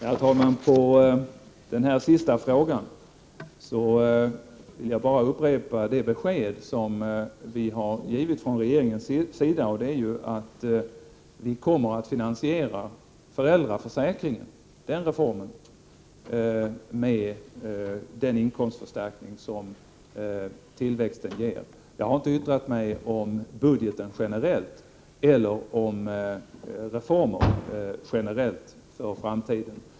Herr talman! Med anledning av den sista frågan vill jag påminna om det besked som vi från regeringens sida givit, nämligen att vi kommer att finansiera föräldraförsäkringsreformen med den inkomstförstärkning som tillväxten ger. Jag har inte yttrat mig om budgeten generellt eller om reformer generellt för framtiden.